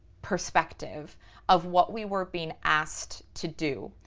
perspective of what we were being asked to do.